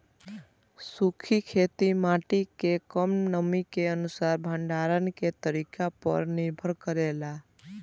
सूखी खेती माटी के कम नमी के अनुसार भंडारण के तरीका पर निर्भर करेला